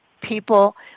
people